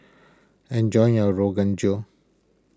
enjoy your Rogan Josh